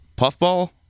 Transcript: Puffball